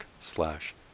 slash